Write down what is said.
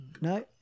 no